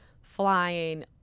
flying